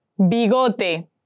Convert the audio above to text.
Bigote